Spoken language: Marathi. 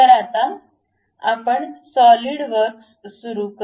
तर आता आपण सॉलीड वर्क्स सुरु करु